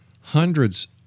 hundreds